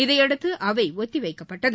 இதையடுத்து அவை ஒத்தி வைக்கப்பட்டது